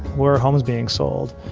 where are homes being sold,